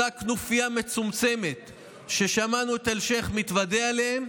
אותה כנופיה מצומצמת ששמענו את אלשיך מתוודה עליהם,